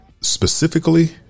specifically